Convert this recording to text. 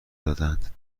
دادهاند